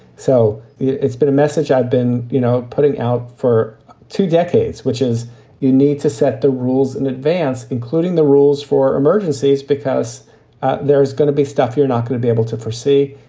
so it's been a message i've been you know putting out for two decades, which is you need to set the rules in advance, including the rules for emergencies, because there is going to be stuff you're not going to be able to foresee.